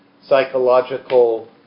psychological